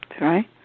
right